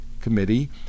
Committee